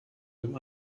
dem